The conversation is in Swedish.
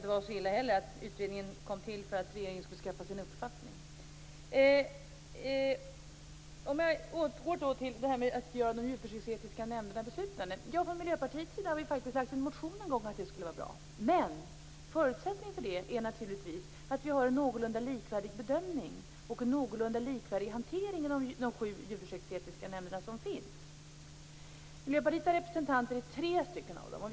Från Miljöpartiets sida har vi en gång väckt en motion om att det skulle vara bra. Men förutsättningen för det är naturligtvis att man gör en någorlunda likvärdig bedömning och att det sker en någorlunda likvärdig hantering i de sju djurförsöksetiska nämnder som finns. Miljöpartiet har representanter i tre av de nämnderna.